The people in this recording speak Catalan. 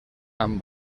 amb